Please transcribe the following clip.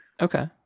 Okay